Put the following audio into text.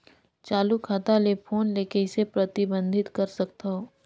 चालू खाता ले फोन ले कइसे प्रतिबंधित कर सकथव?